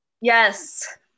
Yes